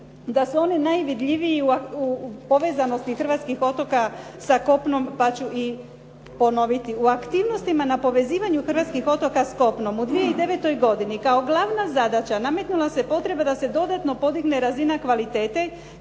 da su one najvidljivije u povezanosti hrvatskih otoka sa kopnom pa ću i ponoviti. U aktivnostima na povezivanju hrvatskih otoka s kopnom u 2009. godini kao glavna zadaća nametnula se potreba da se dodatno podigne razina kvalitete